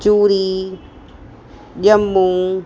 चूरी ॼमूं